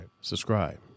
Subscribe